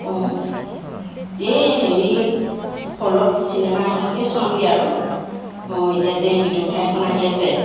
অঁ এই হেৰি হলত চিনেমা এখনকে চোৱামগৈ আৰু অঁ এতিয়া যে এই বিদুৰ ভাইখন আহি আছে